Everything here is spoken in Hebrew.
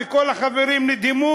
וכל החברים נדהמו,